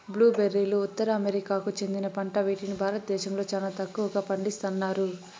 blue బెర్రీలు ఉత్తర అమెరికాకు చెందిన పంట వీటిని భారతదేశంలో చానా తక్కువగా పండిస్తన్నారు